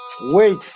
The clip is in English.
Wait